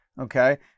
Okay